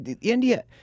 India